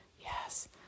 yes